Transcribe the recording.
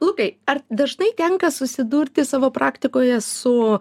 lukai ar dažnai tenka susidurti savo praktikoje su